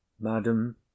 Madam